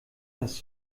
das